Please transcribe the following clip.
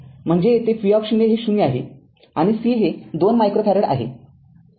म्हणजे येथे v हे ० आहे आणि c हे २ मायक्रो फॅरडे आहे